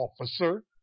officer